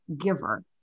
giver